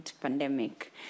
pandemic